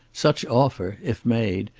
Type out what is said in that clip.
such offer, if made,